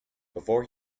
before